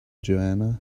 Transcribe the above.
joanna